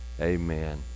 Amen